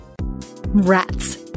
Rats